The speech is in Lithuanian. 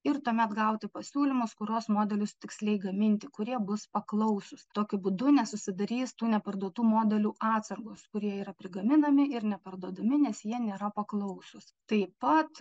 ir tuomet gauti pasiūlymus kuriuos modelius tiksliai gaminti kurie bus paklausūs tokiu būdu nesusidarys tų neparduotų modelių atsargos kurie yra prigaminami ir neparduodami nes jie nėra paklausūs taip pat